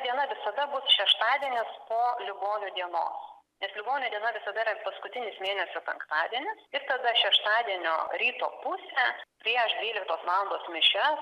diena visada bus šeštadienis po ligonių dienos nes ligonių diena visada yra paskutinis mėnesio penktadienis ir tada šeštadienio ryto pusę prieš dvyliktos valandos mišias